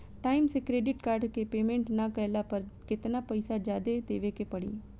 Time से credit card के payment ना कैला पर केतना पईसा जादे देवे के पड़ी?